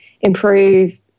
improve